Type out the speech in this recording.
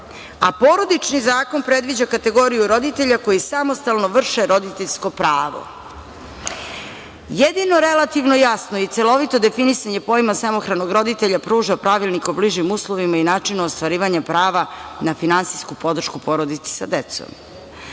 a Porodični zakon predviđa kategoriju roditelja koji samostalno vrše roditeljsko pravo. Jedino relativno jasno i celovito definisanje pojma samohranog roditelja pruža Pravilnik o bližim uslovima i načinu ostvarivanja prava na finansijsku podršku porodici sa decom.